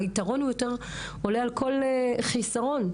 היתרונות עולים על החסרונות.